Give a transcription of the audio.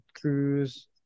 Cruise